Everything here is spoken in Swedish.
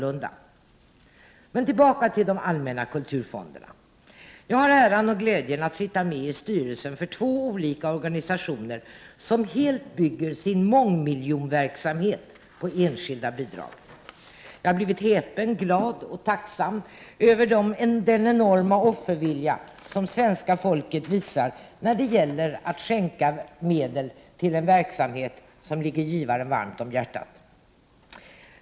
Jag vill därmed gå tillbaka till de allmänna kulturfonderna. Jag har äran och glädjen att sitta med i styrelsen för två olika organisationer som helt bygger sin mångmiljonverksamhet på enskilda bidrag. Jag har blivit häpen, glad och tacksam över den enorma offervilja som svenska folket visar när det gäller att skänka medel till en verksamhet som ligger givaren varmt om hjärtat.